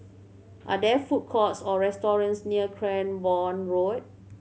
are there food courts or restaurants near Cranborne Road